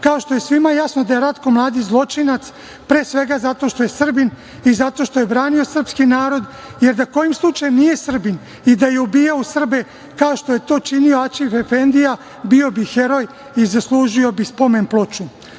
kao što je svima jasno da je Ratko Mladić zločinac pre svega zato što je Srbin i zato što je branio srpski narod. Jer, da kojim slučajem nije Srbin i da je ubijao Srbe kao što je to činio Aćif efendija, bio bi heroj i zaslužio bi spomen-ploču. Nama